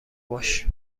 باش